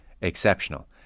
exceptional